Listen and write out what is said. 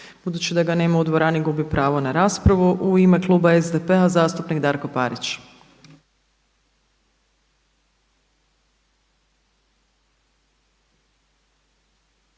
Budući da ga nema pravo u dvorani gubi pravo na raspravu. U ime kluba SDP-a zastupnik Darko Parić.